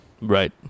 Right